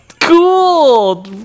Cool